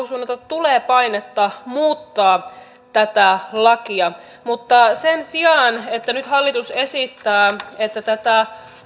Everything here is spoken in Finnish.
suunnalta tulee painetta muuttaa tätä lakia mutta sen sijaan että nyt hallitus esittää että tätä